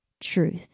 truth